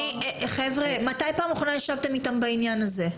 חבר'ה, מתי בפעם האחרונה ישבתם איתם בעניין הזה?